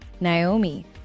Naomi